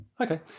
Okay